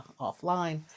offline